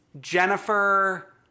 Jennifer